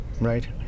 Right